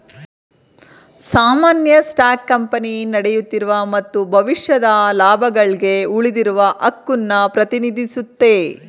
ಸಾಮಾನ್ಯ stock company ನಡೆಯುತ್ತಿರುವ ಮತ್ತು ಭವಿಷ್ಯದ ಲಾಭಗಳ್ಗೆ ಉಳಿದಿರುವ ಹಕ್ಕುನ್ನ ಪ್ರತಿನಿಧಿಸುತ್ತೆ